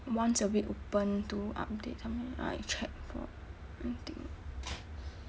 once a week open two updates something I check for I think